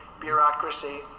bureaucracy